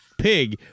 pig